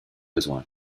besoin